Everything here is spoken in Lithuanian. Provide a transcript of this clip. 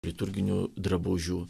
liturginių drabužių